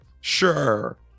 sure